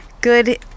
good